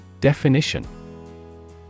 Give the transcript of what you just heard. Definition